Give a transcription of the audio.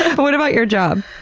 ah but what about your job?